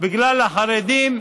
בגלל החרדים,